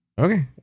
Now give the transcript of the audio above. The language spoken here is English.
Okay